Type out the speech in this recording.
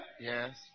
Yes